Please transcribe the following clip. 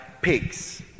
pigs